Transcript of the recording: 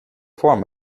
form